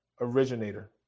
originator